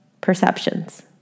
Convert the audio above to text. perceptions